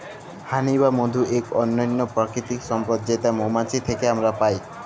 হানি বা মধু ইক অনল্য পারকিতিক সম্পদ যেট মোমাছি থ্যাকে আমরা পায়